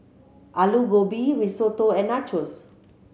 Alu Gobi Risotto and Nachos